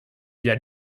via